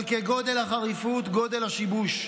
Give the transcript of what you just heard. אבל כגודל החריפות גודל השיבוש.